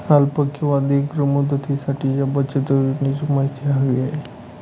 अल्प किंवा दीर्घ मुदतीसाठीच्या बचत योजनेची माहिती हवी आहे